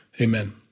amen